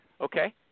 okay